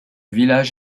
village